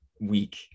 week